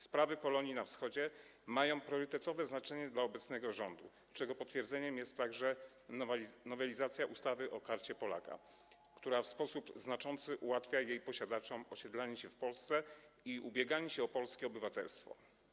Sprawy Polonii na Wschodzie mają priorytetowe znaczenie dla obecnego rządu, czego potwierdzeniem jest także nowelizacja ustawy o Karcie Polaka, która w sposób znaczący ułatwia jej posiadaczom osiedlanie się w Polsce i ubieganie się o polskie obywatelstwo.